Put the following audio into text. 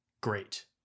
great